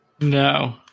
No